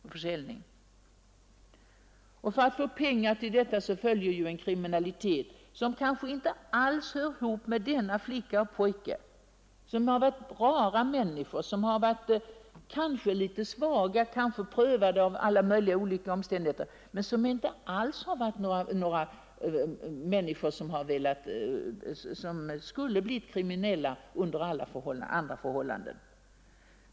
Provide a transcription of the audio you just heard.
För att en narkoman skall kunna skaffa pengar till detta följer en kriminalitet som kanske inte alls hör ihop med den här pojken eller flickan, som varit rara människor, kanske litet svaga och kanske prövade av alla möjliga olyckliga omständigheter men som inte alls skulle ha blivit kriminella under andra förhållanden.